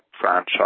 franchise